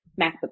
MacBook